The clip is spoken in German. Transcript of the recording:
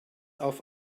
auf